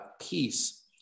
peace